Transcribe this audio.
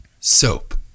soap